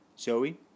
Zoe